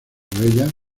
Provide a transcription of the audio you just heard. bellas